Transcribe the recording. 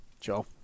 Joe